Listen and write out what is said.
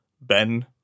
ben